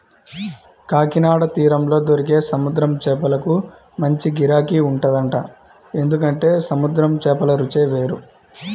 కాకినాడ తీరంలో దొరికే సముద్రం చేపలకు మంచి గిరాకీ ఉంటదంట, ఎందుకంటే సముద్రం చేపల రుచే వేరు